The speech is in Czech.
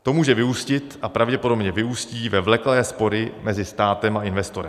To může vyústit a pravděpodobně vyústí ve vleklé spory mezi státem a investorem.